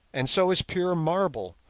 and so is pure marble,